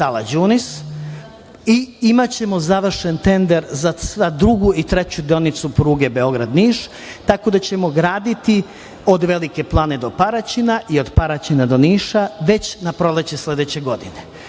i imaćemo završen tender za drugu i treću deonicu pruge Beograd – Niš. Gradićemo od Velike Plane do Paraćina i od Paraćina do Niša već na proleće sledeće godine.